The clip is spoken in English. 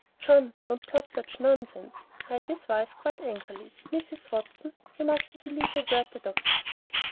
john, don't talk such nonsense, cried his wife, quite angrily. mrs. watson, you mustn't believe a word the doctor says.